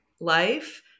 life